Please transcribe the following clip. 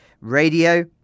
radio